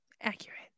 accurate